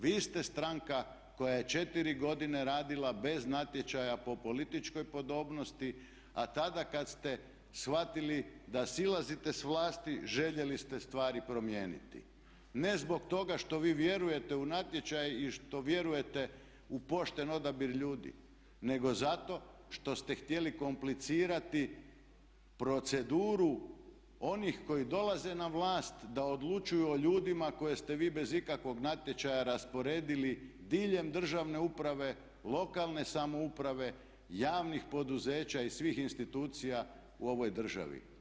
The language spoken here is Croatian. Vi ste stranka koja je četiri godine radila bez natječaja po političkoj podobnosti, a tada kad ste shvatili da silazite s vlasti željeli ste stvari promijeniti ne zbog toga što vi vjerujete u natječaj i što vjerujete u pošten odabir ljudi, nego zato što ste htjeli komplicirati proceduru onih koji dolaze na vlast da odlučuju o ljudima koje ste vi bez ikakvog natječaja rasporedili diljem državne uprave, lokalne samouprave, javnih poduzeća i svih institucija u ovoj državi.